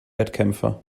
wettkämpfe